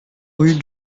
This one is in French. rue